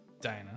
Diana